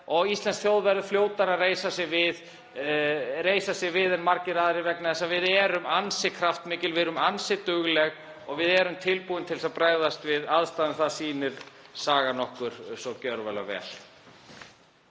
íslensk þjóð verði fljótari að reisa sig við en margar aðrar vegna þess að við erum ansi kraftmikil. Við erum ansi dugleg og við erum tilbúin til þess að bregðast við aðstæðum. Það sýnir sagan okkur svo vel.